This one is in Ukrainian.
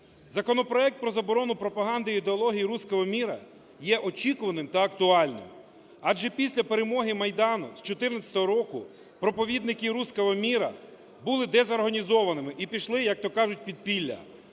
Законопроект про заборону пропаганди ідеології "русского мира" є очікуваним та актуальним, адже після перемоги Майдану з 14-го року проповідники "русского мира" були дезорганізованими і пішли, як то кажуть, в підпілля.